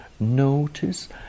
Notice